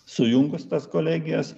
sujungus tas kolegijas